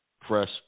press